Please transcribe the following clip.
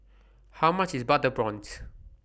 How much IS Butter Prawns